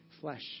flesh